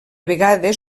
vegades